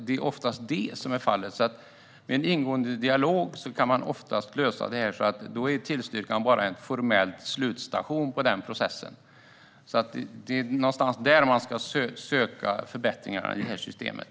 Det är oftast detta som är fallet. Med en ingående dialog kan man oftast lösa det hela, och då är tillstyrkan bara en formell slutstation för processen. Det är någonstans där man ska söka förbättringarna i systemet.